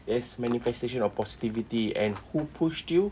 yes manifestation of positivity and who pushed you